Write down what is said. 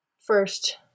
first